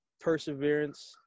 perseverance